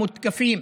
המותקפים